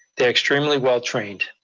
they are extremely well trained.